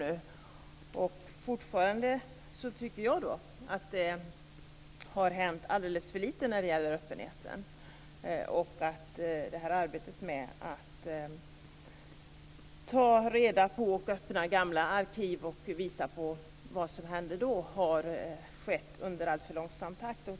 Jag tycker fortfarande att det har hänt alldeles för lite när det gäller öppenheten. Arbetet med att ta reda på och öppna gamla arkiv och visa vad som hände har gått i alltför långsam takt.